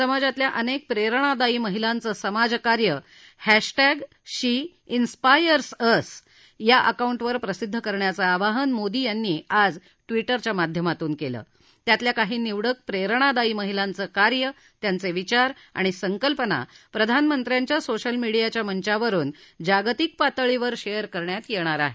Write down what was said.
समाजातल्या अनेक प्रेरणादायी महिलांचं समाजकार्य हृष्ट शी उस्पायर्स अस या अंकाऊ विर प्रसिद्ध करण्याचं आवाहन मोदी यांनी आज व्विजेच्या माध्यमातून केलं त्यातल्या काही निवडक प्रेरणादायी महिलांचं कार्य त्यांचे विचार आणि संकल्पना प्रधानमंत्र्याच्या सोशल मीडियाच्या मंचावरुन जागतिक पातळीवर शेअर करण्यात येणार आहेत